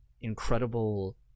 incredible